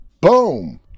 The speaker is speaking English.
Boom